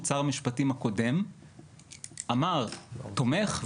שר המשפטים הקודם אמר: תומך,